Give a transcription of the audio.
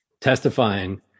testifying